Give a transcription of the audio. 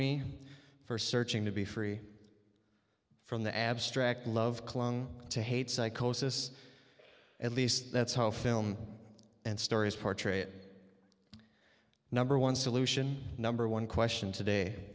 me for searching to be free from the abstract love clung to hate psychosis at least that's how film and stories portray it number one solution number one question today